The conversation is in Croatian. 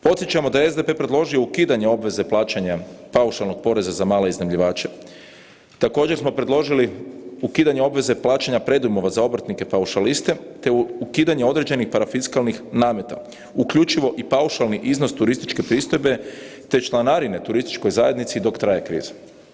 Podsjećamo da je SDP predložio ukidanje obveze plaćanja paušalnog poreza za male iznajmljivače, također smo predložili ukidanje obveze plaćanja predujmova za obrtnike paušaliste te ukidanje određenih parafiskalnih nameta uključivo i paušalni iznos turističke pristojbe te članarine turističkoj zajednici dok traje kriza.